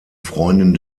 freundin